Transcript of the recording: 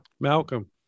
Malcolm